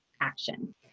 action